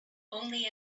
only